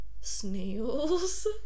snails